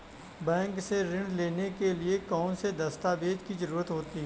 Bank से ऋण लेने के लिए कौन से दस्तावेज की जरूरत है?